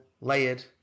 layered